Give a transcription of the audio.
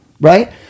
right